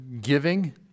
giving